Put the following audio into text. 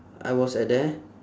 I was at there